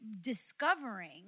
discovering